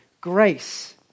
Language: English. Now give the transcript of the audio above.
grace